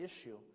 issue